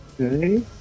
okay